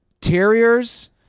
Terriers